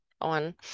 on